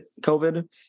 COVID